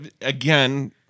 again